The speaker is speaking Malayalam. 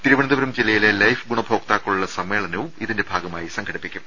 തിരുവനന്തപുരം ജില്ലയിലെ ലൈഫ് ഗുണഭോക്താക്കളുടെ സമ്മേളനവും ഇതിന്റെ ഭാഗമായി സംഘടി പ്പിക്കും